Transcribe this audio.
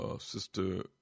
Sister